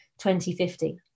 2050